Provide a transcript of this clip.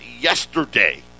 yesterday